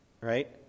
right